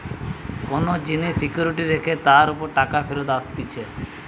কোন জিনিস সিকিউরিটি রেখে তার উপর টাকা ফেরত আসতিছে